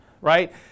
right